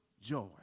joy